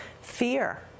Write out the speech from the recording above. fear